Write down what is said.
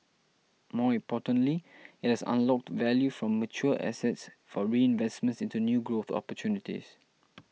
more importantly it has unlocked value from mature assets for reinvestment into new growth opportunities